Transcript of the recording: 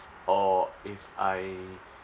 or if I